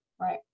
right